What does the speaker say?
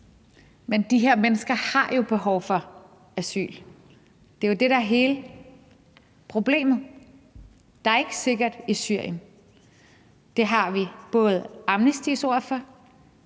Men de her mennesker har jo behov for asyl. Det er jo det, der er hele problemet. Der er ikke sikkert i Syrien. Det har vi både Amnestys ord for,